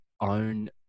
own